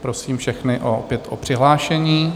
Prosím všechny opět o přihlášení.